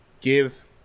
give